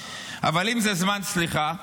אבל אם זה זמן סליחה,